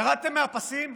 ירדתם מהפסים?